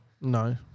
No